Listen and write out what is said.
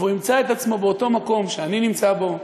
והוא ימצא את עצמו באותו מקום שאני נמצא בו,